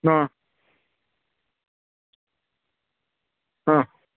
ആ ആ